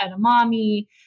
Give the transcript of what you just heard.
edamame